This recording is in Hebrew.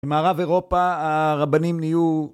במערב אירופה הרבנים נהיו